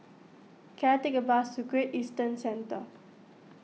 can I take a bus to Great Eastern Centre